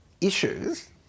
issues